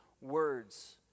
words